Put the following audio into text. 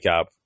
up